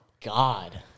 God